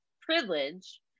privilege